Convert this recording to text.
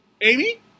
Amy